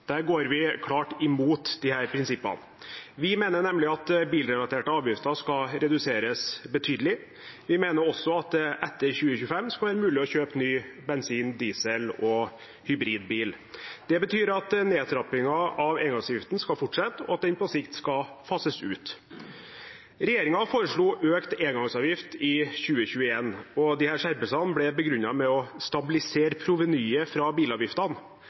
Der går vi klart imot disse prinsippene. Vi mener nemlig at bilrelaterte avgifter skal reduseres betydelig. Vi mener også at det etter 2025 skal være mulig å kjøpe ny bensin-, diesel- og hybridbil. Det betyr at nedtrappingen av engangsavgiften skal fortsette, og at den på sikt skal fases ut. Regjeringen foreslo økt engangsavgift i 2021, og disse skjerpelsene ble begrunnet med stabilisering av provenyet fra bilavgiftene